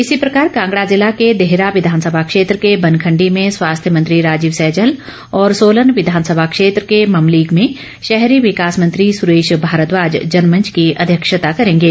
इसी प्रकार कांगड़ा जिला के देहरा विधानसभा क्षेत्र के बनखंडी में स्वास्थ्य मंत्री राजीव सैजल और सोलन विधानसभा क्षेत्र के ममलीग में शहरी विकास मंत्री सुरेश भारद्वाज जनमंच की अध्यक्षता करेंगे